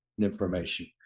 information